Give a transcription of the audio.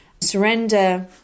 surrender